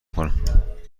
کنم